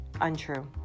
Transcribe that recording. untrue